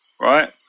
right